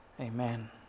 Amen